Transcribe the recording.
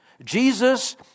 Jesus